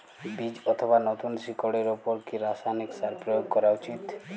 বীজ অথবা নতুন শিকড় এর উপর কি রাসায়ানিক সার প্রয়োগ করা উচিৎ?